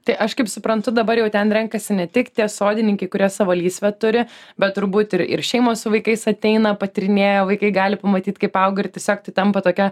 tai aš kaip suprantu dabar jau ten renkasi ne tik tie sodininkai kurie savo lysvę turi bet turbūt ir ir šeimos su vaikais ateina patyrinėja vaikai gali pamatyt kaip auga ir tiesiog tai tampa tokia